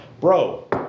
Bro